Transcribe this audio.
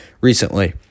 recently